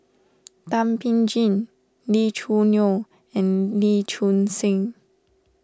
Thum Ping Tjin Lee Choo Neo and Lee Choon Seng